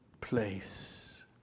place